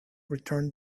returned